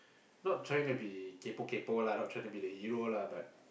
not trying to be kaypo kaypo lah not trying to be the hero lah but